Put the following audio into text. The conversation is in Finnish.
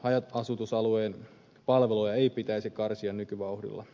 haja asutusalueen palveluja ei pitäisi karsia nykyvauhdilla